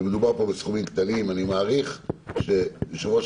ומדובר כאן בסכומים קטנים אני מעריך שיושב ראש